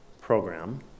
Program